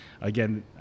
again